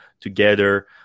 together